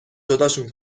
جداشون